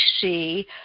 see